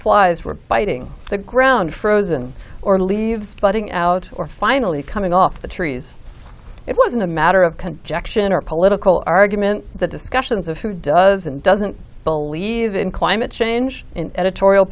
flies were fighting the ground frozen or leaves budding out or finally coming off the trees it wasn't a matter of conjecture in our political argument the discussions of who does and doesn't believe in climate change in editorial